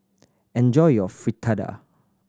enjoy your Fritada